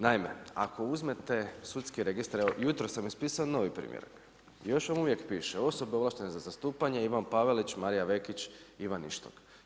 Naime, ako uzmete Sudski registar, jutros sam ispisao novi primjerak, još vam uvijek piše osobe ovlaštene za zastupanje Ivan Pavelić, Marija Vekić, Ivan Ištok.